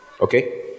Okay